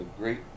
great